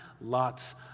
lots